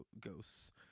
ghosts